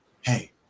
Hey